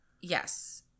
Yes